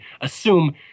assume